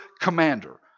commander